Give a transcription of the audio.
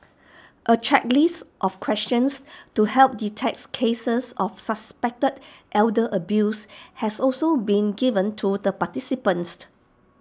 A checklist of questions to help detect cases of suspected elder abuse has also been given to the participants